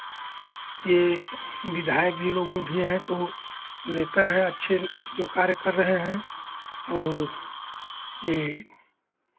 ये विधायक जी लोग में भी हैं तो नेता है अच्छे जो कार्य कर रहे हैं और ये